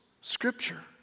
scripture